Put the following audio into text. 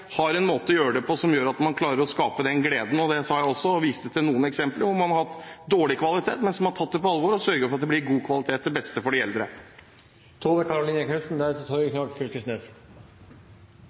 har en måte å gjøre det på som gjør at man klarer å skape den gleden. Det sa jeg også, og viste til noen eksempler hvor man har hatt dårlig kvalitet, men man har tatt det på alvor og sørget for at det ble god kvalitet, til beste for de eldre.